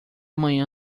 manhã